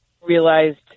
realized